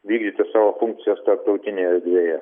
vykdyti savo funkcijas tarptautinėj erdvėje